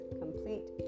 complete